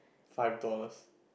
five dollars